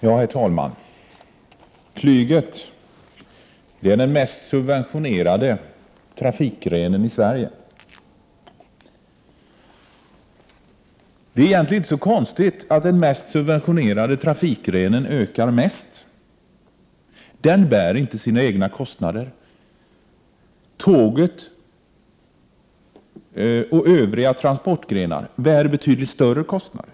Herr talman! Flyget är den mest subventionerade trafikgrenen i Sverige. Det är egentligen inte så konstigt att den mest subventionerade trafikgrenen ökar mest. Den bär inte sina egna kostnader. Järnvägen och övriga transportgrenar bär betydligt större kostnader.